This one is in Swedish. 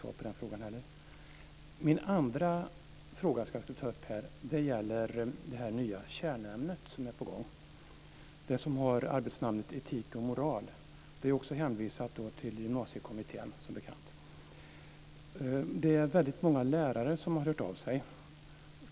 Den andra frågan som jag skulle vilja ta upp här gäller det nya kärnämnet som är på gång. Det har arbetsnamnet etik och moral. Det är också hänvisat till Gymnasiekommittén som bekant. Det är väldigt många lärare som har hört av sig.